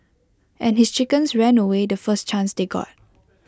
and his chickens ran away the first chance they got